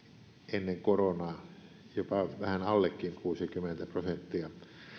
ennen koronaa jopa vähän allekin kuusikymmentä prosenttia